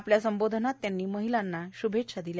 आपल्या संबोधनात त्यांनी महिलांना शुभेच्छा दिल्या